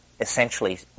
essentially